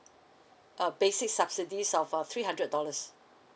a basic subsidies of a three hundred dollars